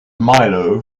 milo